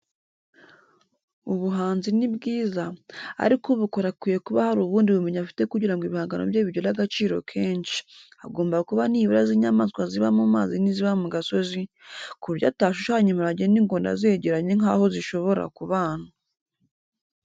Ubuhanzi ni bwiza, ariko ubukora akwiye kuba hari ubundi bumenyi afite kugira ngo ibihangano bye bigire agaciro kenshi, agomba kuba nibura azi inyamaswa ziba mu mazi n'iziba mu gasozi, ku buryo atashushanya imparage n'ingona zegeranye nk'aho zishobora kubana.